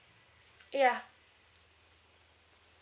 ya